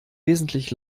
wesentlich